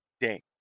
day